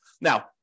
Now